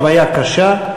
חוויה קשה.